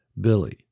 Billy